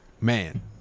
Man